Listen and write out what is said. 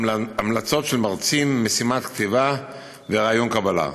המלצות של מרצים, משימת כתיבה וראיון קבלה.